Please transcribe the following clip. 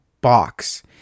box